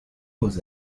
beaux